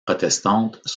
protestantes